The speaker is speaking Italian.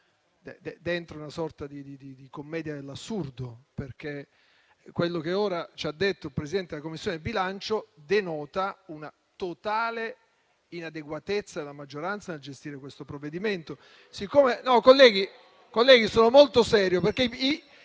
in una sorta di commedia dell'assurdo, perché quello che ora ci ha detto il Presidente della Commissione bilancio denota una totale inadeguatezza della maggioranza nel gestire questo provvedimento.